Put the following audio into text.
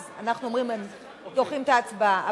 אז אנחנו דוחים את ההצבעה,